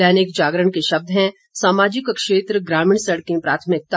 दैनिक जागरण के शब्द हैं सामाजिक क्षेत्र ग्रामीण सड़कें प्राथमिकता